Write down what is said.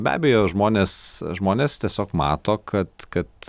be abejo žmonės žmonės tiesiog mato kad kad